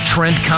Trent